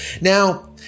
Now